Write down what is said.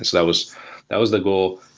that was that was the goal.